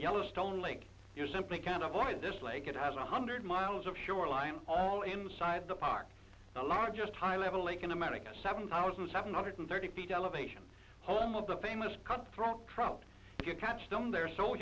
yellowstone lake you simply can't avoid this lake it has one hundred miles of shoreline inside the park the largest high level lake in america seven thousand seven hundred thirty feet elevation home of the famous cut throat trouble if you catch them they're so